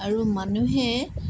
আৰু মানুহে